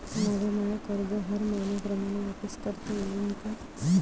मले माय कर्ज हर मईन्याप्रमाणं वापिस करता येईन का?